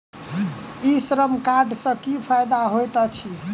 ई श्रम कार्ड सँ की फायदा होइत अछि?